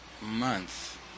month